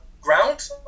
ground